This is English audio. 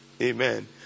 amen